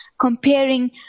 comparing